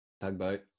tugboat